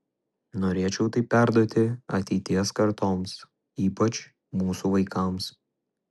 norėčiau tai perduoti ateities kartoms ypač mūsų vaikams